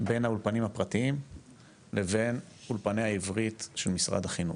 בין האולפנים הפרטיים לבין אולפני העברית של משרד החינוך.